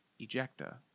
ejecta